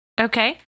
Okay